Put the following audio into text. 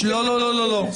חברים, לא, לא, לא.